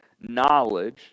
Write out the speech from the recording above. knowledge